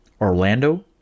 Orlando